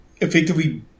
effectively